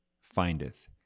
findeth